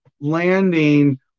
landing